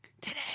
today